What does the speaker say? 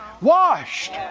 washed